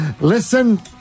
Listen